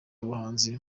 abahanzi